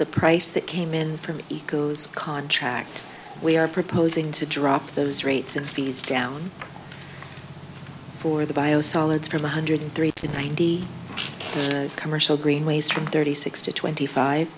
the price that came in from the ecos contract we are proposing to drop those rates and fees down for the biosolids from one hundred three to ninety commercial greenways from thirty six to twenty five